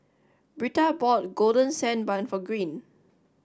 Britta bought Golden Dand Bun for Green